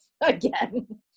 again